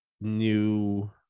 new